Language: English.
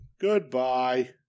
Goodbye